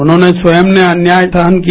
उन्होंने स्वयं ने अन्याय सहन किया